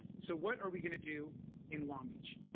so what are we going to do in long beach?